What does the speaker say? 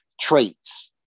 traits